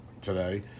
today